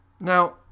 Now